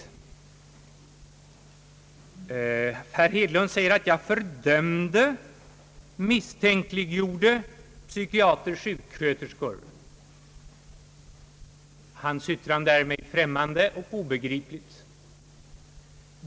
Herr Hedlund säger att jag fördömde och misstänkliggjorde psykiatrer och sjuksköterskor. Hans yttrande är mig främmande och obegripligt.